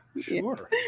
Sure